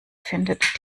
findet